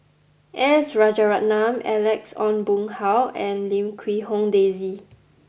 S Rajaratnam Alex Ong Boon Hau and Lim Quee Hong Daisy